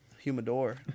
Humidor